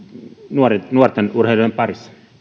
nuorten nuorten urheilijoiden parissa